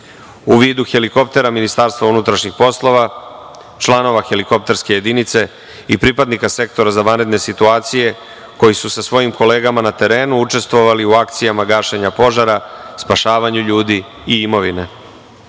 u vidu helikoptera Ministarstva unutrašnjih poslova, članova helikopterske jedinice i pripadnika Sektora za vanredne situacije koji su sa svojim kolegama na terenu učestvovali u akcijama gašenja požara, spašavanju ljudi i imovine. Ovim